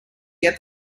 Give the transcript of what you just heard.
get